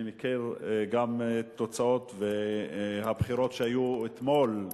אני מכיר גם את התוצאות, והבחירות שהיו אתמול,